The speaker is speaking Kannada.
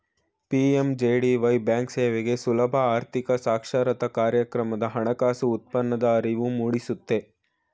ಪಿ.ಎಂ.ಜೆ.ಡಿ.ವೈ ಬ್ಯಾಂಕ್ಸೇವೆಗೆ ಸುಲಭ ಆರ್ಥಿಕ ಸಾಕ್ಷರತಾ ಕಾರ್ಯಕ್ರಮದ ಹಣಕಾಸು ಉತ್ಪನ್ನದ ಅರಿವು ಮೂಡಿಸುತ್ತೆ